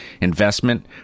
investment